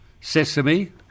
Sesame